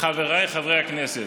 חבריי חברי הכנסת,